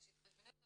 יש התחשבנויות.